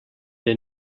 der